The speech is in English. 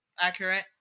accurate